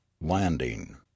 LANDING